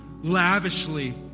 lavishly